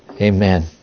Amen